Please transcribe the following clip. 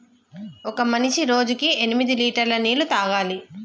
ఒక మనిషి రోజుకి ఎనిమిది లీటర్ల నీళ్లు తాగాలి